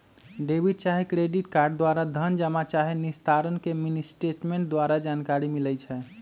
debit चाहे credit card द्वारा धन जमा चाहे निस्तारण के मिनीस्टेटमेंट द्वारा जानकारी मिलइ छै